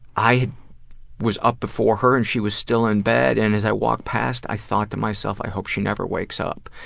was up before her and she was still in bed and as i walked past i thought to myself i hope she never wakes up,